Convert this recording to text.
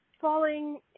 falling